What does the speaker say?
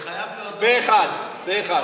אני חייב להודות, פה אחד, פה אחד.